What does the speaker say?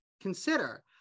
consider